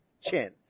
chin